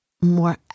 more